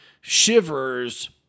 Shivers